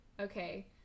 Okay